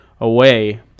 away